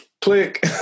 click